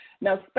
Now